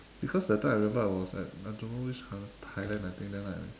because that time I remember I was at I don't know which coun~ thailand I think then I